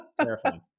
terrifying